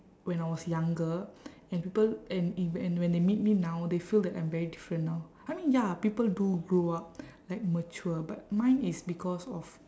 when I was younger and people and if and when they meet me now they feel that I'm very different now I mean ya people do grow up like mature but mine is because of